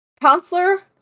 counselor